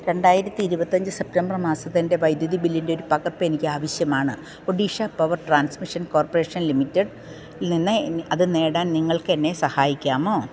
രണ്ടായിരത്തി ഇരുപത്തഞ്ച് സെപ്റ്റംബർ മാസത്തിൻ്റെ വൈദ്യുതി ബില്ലിൻ്റെ ഒരു പകർപ്പ് എനിക്ക് ആവശ്യമാണ് Odisha power transmission corporation limited ൽ നിന്ന് അത് നേടാൻ നിങ്ങൾക്ക് എന്നെ സഹായിക്കാമോ